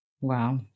Wow